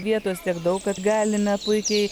vietos tiek daug kad galime puikiai